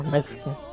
Mexican